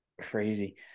Crazy